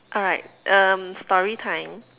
alright um storytime